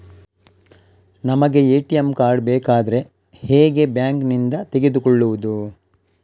ನಮಗೆ ATM card ಬೇಕಾದ್ರೆ ಹೇಗೆ ಬ್ಯಾಂಕ್ ನಿಂದ ತೆಗೆದುಕೊಳ್ಳುವುದು?